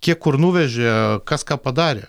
kiek kur nuvežė kas ką padarė